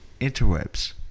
Interwebs